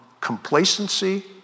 complacency